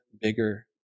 bigger